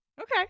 Okay